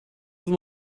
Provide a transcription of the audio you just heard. them